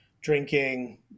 drinking